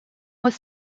was